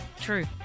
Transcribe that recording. true